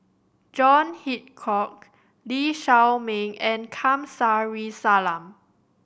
John Hitchcock Lee Shao Meng and Kamsari Salam